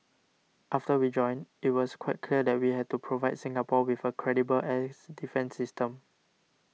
after we joined it was quite clear that we had to provide Singapore with a credible air defence system